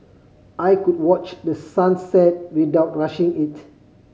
I could watch the sun set without rushing it